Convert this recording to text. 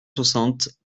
soixante